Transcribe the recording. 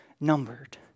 numbered